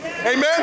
amen